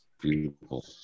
Beautiful